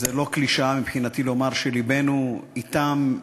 זו לא קלישאה מבחינתי לומר שלבנו אתם,